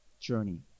journey